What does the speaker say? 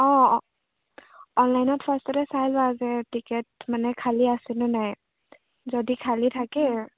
অঁ অনলাইনত ফাৰ্ষ্টতে চাই লোৱা যে টিকেট মানে খালী আছেনে নাই যদি খালী থাকে